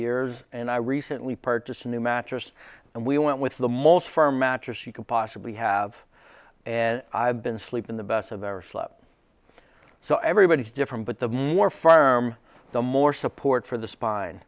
years and i recently purchased new mattress and we went with the most firm mattress you can possibly have and i've been sleeping the best i've ever slept so everybody is different but the more firm the more support for the spine